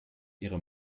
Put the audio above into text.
ihre